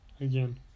Again